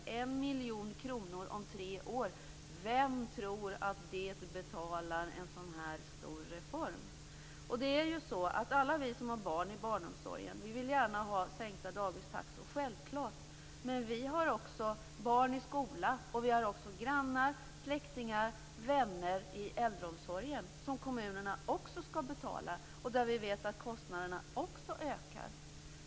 Vem tror att det betalar en sådan här stor reform? Alla vi som har barn i barnomsorgen vill gärna ha sänkta dagistaxor. Självklart är det så. Men vi har också barn i skolan, och vi har också grannar, släktingar och vänner i äldreomsorgen. Det skall kommunerna också betala. Vi vet att kostnaderna ökar där också.